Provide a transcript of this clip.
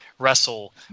Wrestle